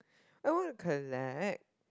I want to connect